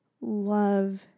love